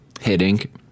Hitting